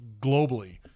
globally